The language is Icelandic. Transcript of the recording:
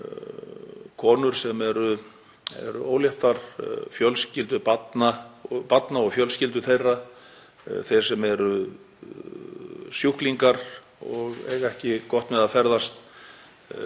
konur sem eru óléttar, börn og fjölskyldur þeirra, þeir sem eru sjúklingar og eiga ekki gott með að ferðast